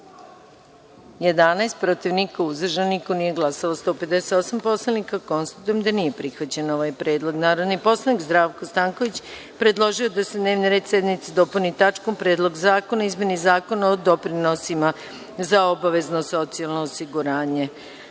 11, protiv – niko, uzdržanih – nema, nije glasalo 158 narodnih poslanika. Konstatujem da nije prihvaćen ovaj predlog. Narodni poslanik Zdravko Stanković predložio je da se dnevni red sednice dopuni tačkom Predlog zakona o izmeni Zakona o doprinosima za obavezno socijalno osiguranje. Stavljam